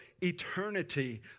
eternity